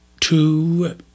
two